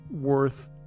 worth